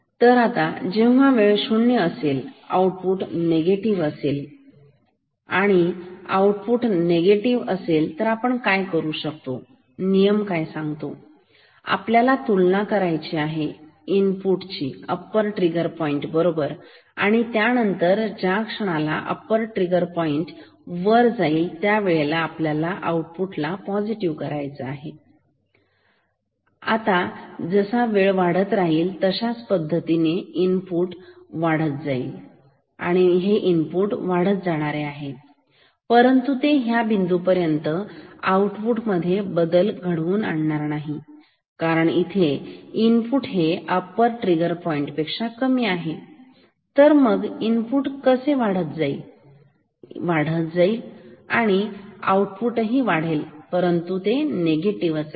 तर आता जेव्हा वेळ शून्य असेल आउटपुट निगेटिव्ह असेल आणि जर आउटपुट निगेटिव्ह असेल तर आपण काय करू शकतो नियम काय सांगतो आपल्याला तुलना करायची आहे इनपुटची अप्पर ट्रिगर पॉईंट बरोबर आणि त्यानंतर ज्या क्षणाला इनपुट अप्पर ट्रिगर पॉईंट वर जाईल त्या वेळेला आपल्याला आउटपुट ला पॉझिटिव्ह करायचं आहे तर मग आता जसा वेळ वाढत राहील इनपुट अशा पद्धतीने इथून तिथे जाईल तर मग इनपुट हे वाढत जाणारे आहे परंतु ह्या बिंदूपर्यंत आउटपुट मध्ये बदल होणार नाही कारण इनपुट हे अप्पर पॉईंट पेक्षा कमी आहे तर मग इनपुट हे वाढत जाईल वाढत जाईल आउटपुट ही वाढेल परंतु निगेटीव्ह राहील